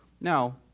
Now